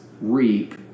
reap